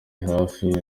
hafi